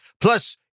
Plus